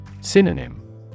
Synonym